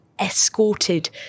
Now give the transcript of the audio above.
escorted